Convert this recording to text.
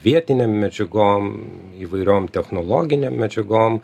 vietinėm medžiagom įvairiom technologinėm medžiagom